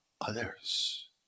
others